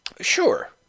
sure